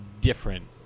different